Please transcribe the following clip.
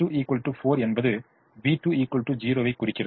X2 4 என்பது v2 0 ஐ குறிக்கிறது